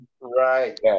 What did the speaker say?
Right